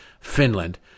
finland